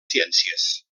ciències